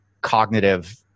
cognitive